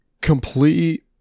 complete